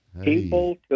people